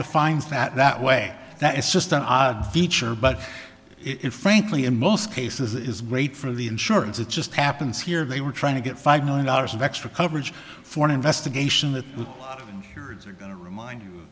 defines that that way that it's just an hour but it frankly in most cases is great for the insurance it just happens here they were trying to get five million dollars of extra coverage for an investigation that they're going to remind you